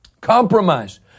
compromise